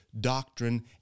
doctrine